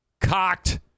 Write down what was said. cocked